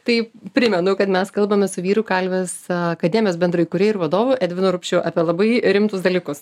tai primenu kad mes kalbamės su vyrų kalvės a akademijos bendraįkūrėju ir vadovu edvinu rupšiu apie labai rimtus dalykus